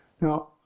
Now